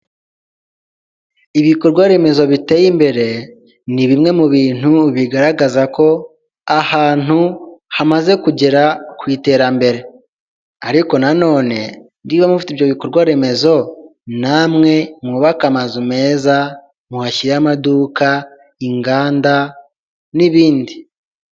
Ibikorwaremezo biteye imbere ni bimwe mu bintu bigaragaza ko ahantu hamaze kugera ku iterambere, ariko nan nonene, niba mufite ibyo bikorwaremezo na mwe mwubake amazu meza muhashyire amaduka inganda n'ibindi.